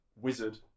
wizard